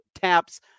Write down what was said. taps